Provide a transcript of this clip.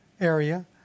area